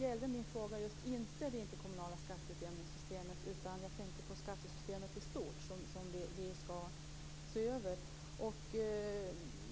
Fru talman! Det var den frågan jag svarade på.